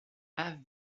have